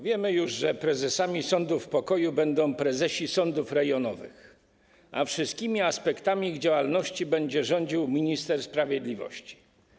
Wiemy już, że prezesami sądów pokoju będą prezesi sądów rejonowych, a wszystkimi aspektami ich działalności będzie rządził minister sprawiedliwości.